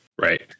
Right